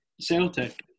Celtic